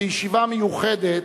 בישיבה מיוחדת,